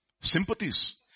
sympathies